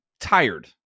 tired